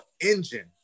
engine